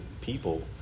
people